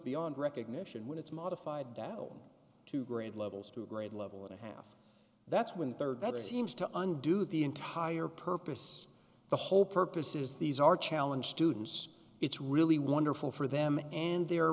beyond recognition when it's modified down to grade levels to a grade level and a half that's when rd that seems to undo the entire purpose the whole purpose is these are challenge students it's really wonderful for them and their